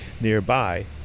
nearby